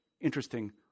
interesting